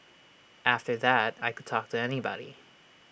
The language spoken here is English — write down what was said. after that I could talk to anybody